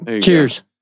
Cheers